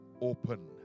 open